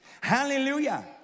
Hallelujah